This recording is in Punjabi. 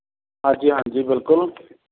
ਹਾਂਜੀ ਹਾਂਜੀ ਬਿਲਕੁਲ